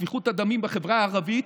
שפיכות הדמים בחברה הערבית.